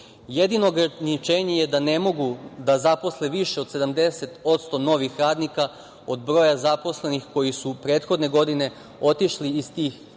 ograničenje je da ne mogu da zaposle više od 70% novih radnika od broja zaposlenih koji su prethodne godine otišli iz tih